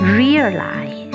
realize